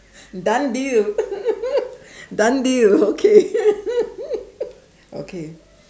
done deal done deal okay okay